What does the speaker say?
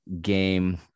game